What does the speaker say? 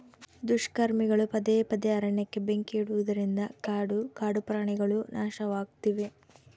ದುಷ್ಕರ್ಮಿಗಳು ಪದೇ ಪದೇ ಅರಣ್ಯಕ್ಕೆ ಬೆಂಕಿ ಇಡುವುದರಿಂದ ಕಾಡು ಕಾಡುಪ್ರಾಣಿಗುಳು ನಾಶವಾಗ್ತಿವೆ